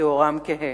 כי עורם כהה.